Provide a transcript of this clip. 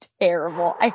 terrible